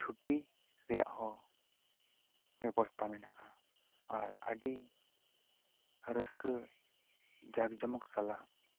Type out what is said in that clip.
ᱪᱷᱩᱴᱤ ᱨᱮᱭᱟᱜ ᱦᱚᱸᱵᱮᱵᱚᱥᱛᱟ ᱢᱮᱱᱟᱜᱼᱟ ᱟᱨ ᱟᱹᱰᱤ ᱨᱟᱹᱥᱠᱟᱹ ᱡᱟᱠᱡᱚᱢᱚᱠ ᱥᱟᱞᱟᱜ